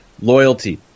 loyalty